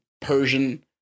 Persian